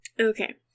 Okay